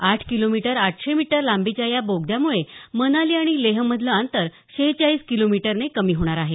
आठ किलोमीटर आठशे मीटर लांबीच्या या बोगद्यामुळे मनाली आणि लेहमधलं अंतर शेहेचाळीस किलोमीटरने कमी होणार आहे